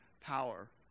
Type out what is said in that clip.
power